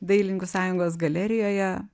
dailininkų sąjungos galerijoje